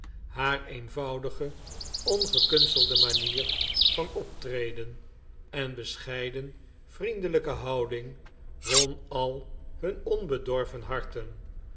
haar eenvoudige ongekunstelde manier van optreden en bescheiden vriendelijke houding won al hun onbedorven harten